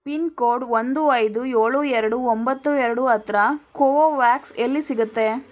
pin code ಒಂದು ಐದು ಏಳು ಎರಡು ಒಂಬತ್ತು ಎರಡು ಹತ್ತಿರ ಕೋವೋವ್ಯಾಕ್ಸ್ ಎಲ್ಲಿ ಸಿಗುತ್ತೆ